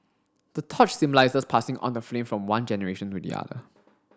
the torch symbolises passing on the flame from one generation to the other